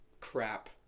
crap